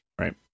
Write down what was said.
right